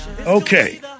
Okay